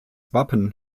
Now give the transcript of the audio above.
wappen